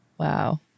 Wow